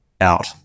out